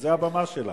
וזאת הבמה שלה.